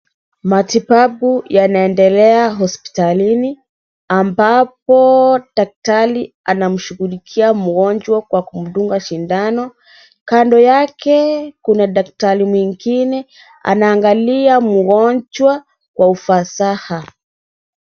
Matibabu yanaendelea hospitalini ambapo daktari anamshughulikia mgonjwa kwa kumdunga sindano. Kando yake kuna daktari mwingine anaangalia mgonjwa kwa ufasaha.